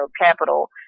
capital